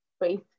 faith